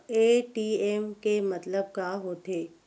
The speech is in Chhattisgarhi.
ए.टी.एम के मतलब का होथे?